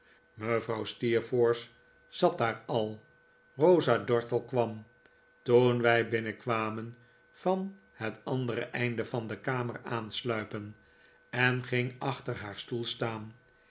mevrouw steerforth zat daar al rosa dartle kwam toen wij binnenkwamen van het andere einde van de kamer aansluipen en ging achter haar stoel staan